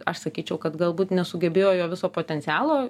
aš sakyčiau kad galbūt nesugebėjo jo viso potencialo